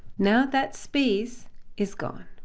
now that space is gone.